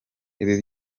ibi